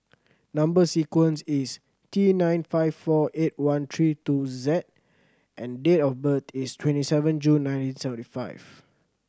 number sequence is T nine five four eight one three two Z and date of birth is twenty seven June nineteen seventy five